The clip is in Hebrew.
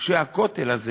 שהכותל הזה